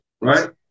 right